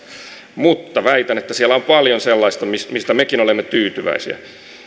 mutta väitän että siellä on paljon sellaista mistä mistä mekin olemme tyytyväisiä